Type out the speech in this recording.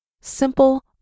simple